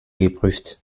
geprüft